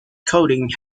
coding